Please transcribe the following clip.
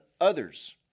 others